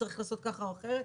צריך לעשות כך או אחרת.